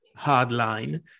hardline